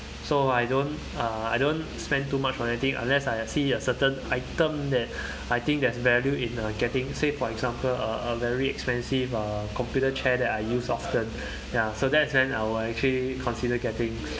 so I don't uh I don't spend too much on anything unless I see a certain item that I think there's value in uh getting say for example a a very expensive uh computer chair that I use often ya so that is when I will actually consider getting